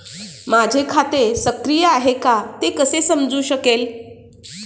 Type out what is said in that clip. माझे खाते सक्रिय आहे का ते कसे समजू शकेल?